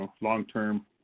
long-term